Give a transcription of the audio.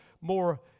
more